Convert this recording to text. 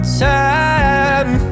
time